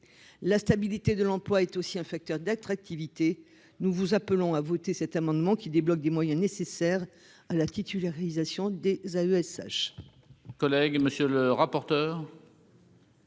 la stabilité de l'emploi est aussi un facteur d'attractivité, nous vous appelons à voter cet amendement qui débloque des moyens nécessaires à la titularisation des AESH. Collègue monsieur le rapporteur.